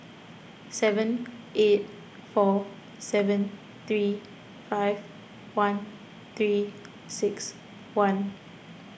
seven eight four seven three five one three six one